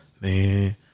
man